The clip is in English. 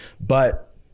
but-